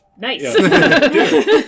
Nice